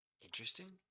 interesting